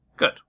Good